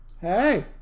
hey